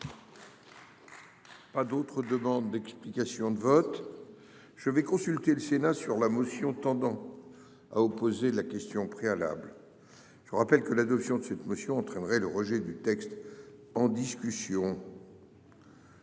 Pas d'autres demandes d'explications de vote. Je vais consulter le Sénat sur la motion tendant. À opposer la question préalable. Je rappelle que l'adoption de cette motion entraînerait le rejet du texte, en discussion.